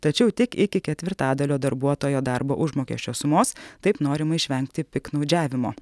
tačiau tik iki ketvirtadalio darbuotojo darbo užmokesčio sumos taip norima išvengti piktnaudžiavimo